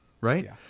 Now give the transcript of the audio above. Right